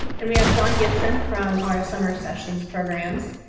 and we have john gipson from our summer sessions programs.